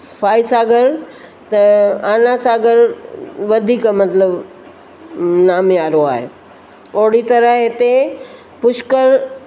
फॉयसागर त अन्नासागर वधीक मतिलब नामियारो आहे ओड़ी तरह हिते पुष्कर